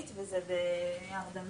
זה עשוי להציל